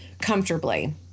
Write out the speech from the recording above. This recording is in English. comfortably